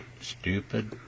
stupid